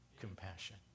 compassion